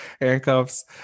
handcuffs